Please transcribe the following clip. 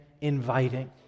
inviting